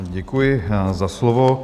Děkuji za slovo.